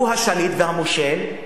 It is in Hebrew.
הוא השליט והמושל,